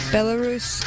Belarus